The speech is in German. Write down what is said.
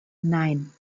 nein